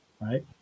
right